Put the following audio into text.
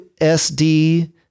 SD